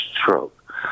stroke